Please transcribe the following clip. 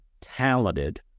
talented